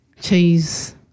Cheese